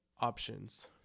options